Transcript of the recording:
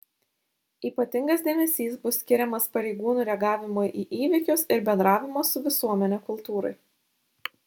ypatingas dėmesys bus skiriamas pareigūnų reagavimui į įvykius ir bendravimo su visuomene kultūrai